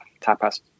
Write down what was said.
tapas